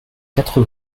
quatre